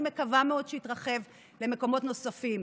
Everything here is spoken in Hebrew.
ואני מקווה מאוד שהוא יתרחב למקומות נוספים.